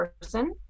person